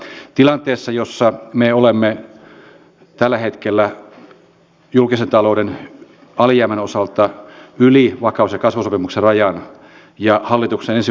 nyt kun asiaan päästiin niin haluaisin kysyä ministeriltä ja nostaa esiin jotta myös jotakin hallituksen hyvää täällä nousisi esiin